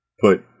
put